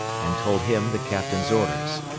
and told him the captain's orders.